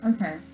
Okay